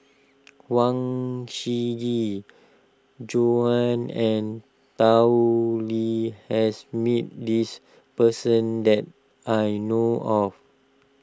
Huang Shiqi Joan and Tao Li has meet this person that I know of